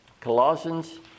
Colossians